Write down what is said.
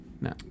No